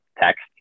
text